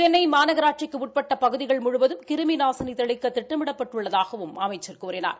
சென்னை மாநகராட்சிக்கு உட்பட்ட பகுதிகள் முழுவதும் கிரிமி நாசிநி தெளிக்க திட்டமிடப்பட்டுள்ளதாகவும் அமைச்சர் கூறினார்